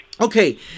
Okay